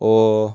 ও